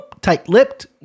tight-lipped